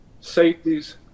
safeties